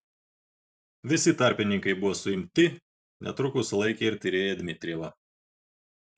visi tarpininkai buvo suimti netrukus sulaikė ir tyrėją dmitrijevą